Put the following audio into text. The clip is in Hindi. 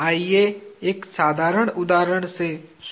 आइए एक साधारण उदाहरण से शुरू करते हैं